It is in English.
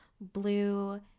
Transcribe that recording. blue